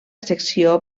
secció